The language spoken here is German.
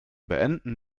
beenden